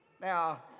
Now